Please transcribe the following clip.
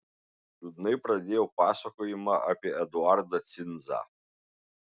liūdnai pradėjau pasakojimą apie eduardą cinzą